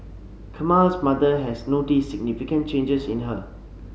Camille's mother has noticed significant changes in her